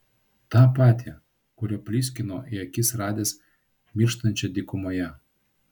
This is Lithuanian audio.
tą patį kuriuo pliskino į akis radęs mirštančią dykumoje